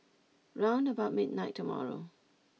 round about midnight tomorrow